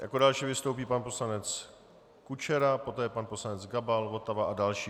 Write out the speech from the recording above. Jako další vystoupí pan poslanec Kučera, poté pan poslanec Gabal, Votava a další.